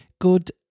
good